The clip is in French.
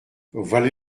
voilà